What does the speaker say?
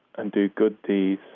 and do good deeds,